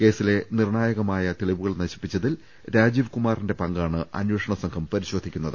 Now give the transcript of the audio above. കേസിലെ നിർണ്ണാ യകമായ തെളിവുകൾ നശിപ്പിച്ചതിൽ രാജീവ്കുമാറിന്റെ പങ്കാണ് അന്വേഷണ സംഘം പരിശോധിക്കുന്നത്